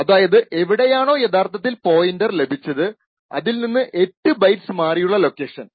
അതായതു എവിടെയാണോ യഥാർത്ഥത്തിൽ പോയിന്റർ ലഭിച്ചത് അതിൽ നിന്ന് 8 ബൈറ്റ്സ് മാറിയുള്ള ലൊക്കേഷൻ